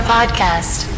Podcast